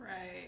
Right